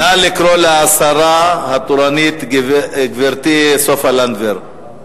נא לקרוא לשרה התורנית, גברת סופה לנדבר.